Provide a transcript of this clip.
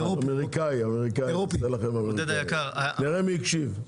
אמריקאי, נראה מי הקשיב.